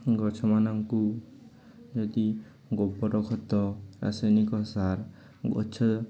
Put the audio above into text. ଗଛମାନଙ୍କୁ ଯଦି ଗୋବର ଖତ ରାସାୟନିକ ସାର ଗଛ